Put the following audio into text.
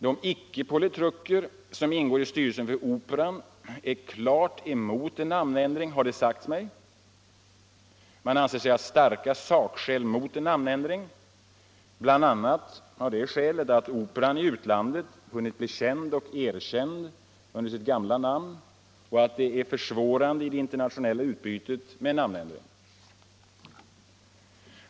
De icke-politruker som ingår i styrelsen för operan är klart emot en namnändring, har det sagts mig. Man anser sig ha starka sakskäl mot en namnändring, bl.a. det att operan i utlandet hunnit bli känd och erkänd under sitt gamla namn och att det är försvårande i det internationella utbytet med en namnändring.